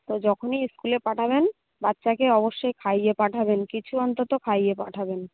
তো যখনই স্কুলে পাঠাবেন বাচ্চাকে অবশ্যই খাইয়ে পাঠাবেন কিছু অন্তত খাইয়ে পাঠাবেন